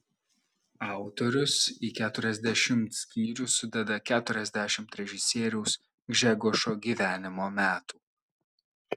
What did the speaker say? autorius į keturiasdešimt skyrių sudeda keturiasdešimt režisieriaus gžegožo gyvenimo metų